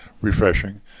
refreshing